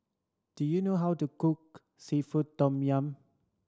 do you know how to cook seafood tom yum